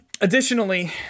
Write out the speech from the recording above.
Additionally